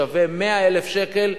שווה 100,000 שקל.